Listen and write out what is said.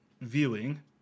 viewing